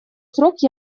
срок